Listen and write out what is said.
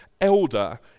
elder